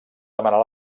demanar